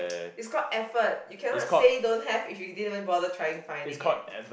it's called effort you cannot say don't have if you didn't even bother trying finding it